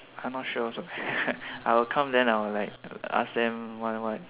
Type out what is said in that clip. I not sure also I will come then I will like err ask them what what